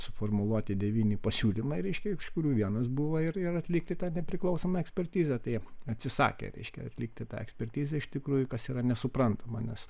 suformuluoti devyni pasiūlymai reiškia iš kurių vienas buvo ir atlikti tą nepriklausomą ekspertizę tai atsisakė reiškia atlikti tą ekspertizę iš tikrųjų kas yra nesuprantama nes